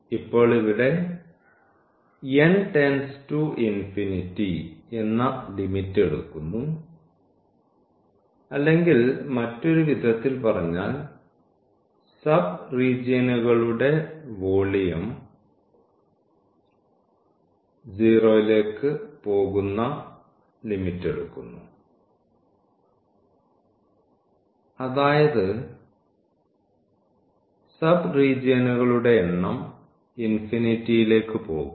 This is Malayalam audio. ഇപ്പോൾ ഇവിടെ n→∞ എന്ന ലിമിറ്റ് എടുക്കുന്നു അല്ലെങ്കിൽ മറ്റൊരു വിധത്തിൽ പറഞ്ഞാൽ സബ് റീജിയനുകളുടെ വോളിയം 0 ലേക്ക് പോകുന്ന ലിമിറ്റ് എടുക്കുന്നു അതായത് സബ് റീജിയനുകളുടെ എണ്ണം ∞ ലേക്ക് പോകും